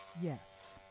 Yes